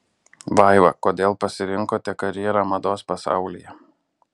vaiva kodėl pasirinkote karjerą mados pasaulyje